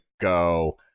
go